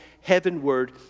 heavenward